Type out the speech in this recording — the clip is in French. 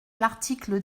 l’article